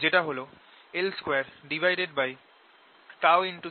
যেটা হল l2τC2